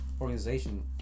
organization